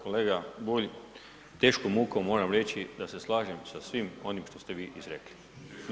Kolega Bulj, teškom mukom moram reći da se slažem sa svim onim što ste vi rekli.